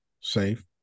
Save